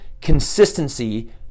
Consistency